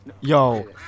Yo